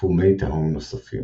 נחשפו מי תהום נוספים.